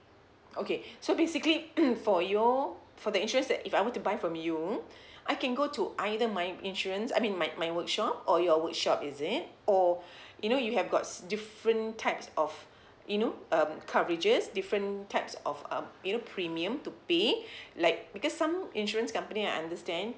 okay so basically for your for the insurance that if I were to buy from you I can go to either my insurance I mean my my workshop or your workshop is it or you know you have got different types of you know um coverages different types of um you know premium to pay like because some insurance company I understand